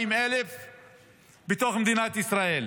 140,000 בתוך מדינת ישראל.